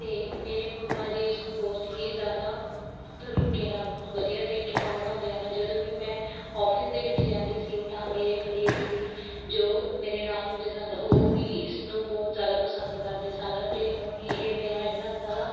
ਅਤੇ ਮੇਰੇ ਮੰਮਾ ਜੀ ਇਸਨੂੰ ਬਹੁਤ ਹੀ ਜ਼ਿਆਦਾ ਤਰੀਕੇ ਨਾਲ ਵਧੀਆ ਤਰੀਕੇ ਨਾਲ ਬਣਾਉਂਦੇ ਹਨ ਜਦੋਂ ਵੀ ਮੈਂ ਆਫਿਸ ਦੇ ਵਿੱਚ ਜਾਂਦੀ ਸੀ ਤਾਂ ਮੇਰੇ ਕਲੀਗ ਸੀ ਜੋ ਮੇਰੇ ਨਾਲ ਹੁੰਦੇ ਸਨ ਉਹ ਵੀ ਇਸਨੂੰ ਬਹੁਤ ਜ਼ਿਆਦਾ ਪਸੰਦ ਕਰਦੇ ਸਨ ਅਤੇ ਹੁਣ ਇਹ ਮੇਰਾ ਇੰਨਾਂ ਜ਼ਿਆਦਾ